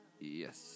Yes